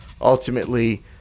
ultimately